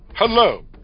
Hello